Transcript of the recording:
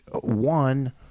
one